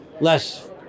less